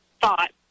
thought